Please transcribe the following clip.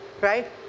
right